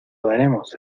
daremos